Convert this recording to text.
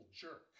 jerk